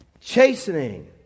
chastening